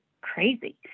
crazy